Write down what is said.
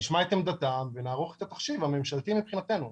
נשמע את עמדתם ונערוך את התחשיב הממשלתי מבחינתנו.